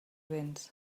béns